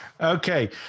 Okay